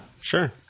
sure